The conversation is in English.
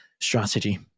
strategy